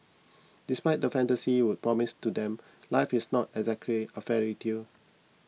despite the fantasy world promised to them life is not exactly a fairy tale